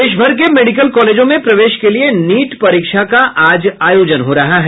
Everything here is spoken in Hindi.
देशभर में मेडिकल कॉलेजों में प्रवेश के लिए नीट परीक्षा का आज आयोजन हो रहा है